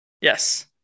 Yes